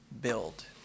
build